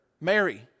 Mary